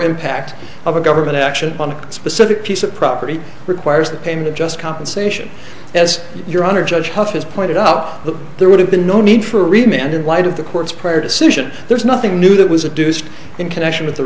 impact of a government action on a specific piece of property requires the payment just compensation as your honor judge has pointed out that there would have been no need for revenge in light of the court's prior decision there's nothing new that was a deuced in connection with the